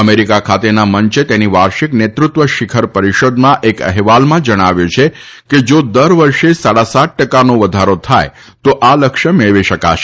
America ખાતેના મંચે તેની વાર્ષિક નેતૃત્વ શીખર પરિષદમાં એક અહેવાલમાં જણાવ્યું છે કે જા દર વર્ષે સાડા સાત ટકાનો વધારો થાય તો આ લક્ષ્ય મેળવી શકાશે